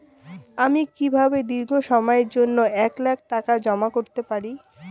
আমি কিভাবে দীর্ঘ সময়ের জন্য এক লাখ টাকা জমা করতে পারি?